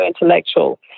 intellectual